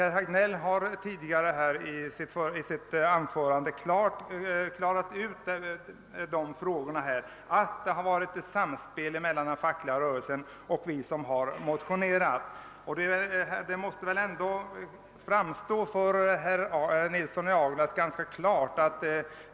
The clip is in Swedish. Herr Hagnell har tidigare i sitt anförande klarat ut detta när han framhållit att det har varit ett samspel mellan den fackliga rörelsen och oss som har motionerat. Det måste väl ändå framstå ganska klart för herr Nilsson i Agnäs att så är förhållandet.